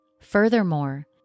Furthermore